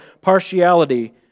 partiality